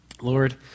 Lord